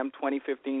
2015